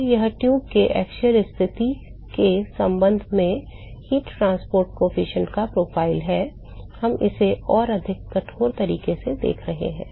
तो यह ट्यूब में अक्षीय स्थिति के संबंध में ऊष्मा परिवहन गुणांक का प्रोफाइल है हम इसे और अधिक कठोर तरीके से देख सकते हैं